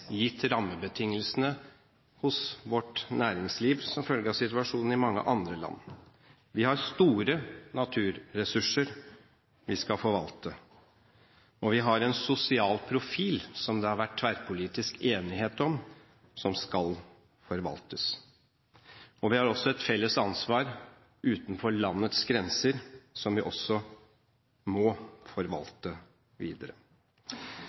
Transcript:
gitt rammebetingelsene hos vårt næringsliv som følge av situasjonen i mange andre and. Vi har store naturressurser vi skal forvalte. Vi har en sosial profil, som det har vært tverrpolitisk enighet om, som skal forvaltes. Og vi har også et felles ansvar utenfor landets grenser som vi også må forvalte videre.